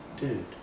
Dude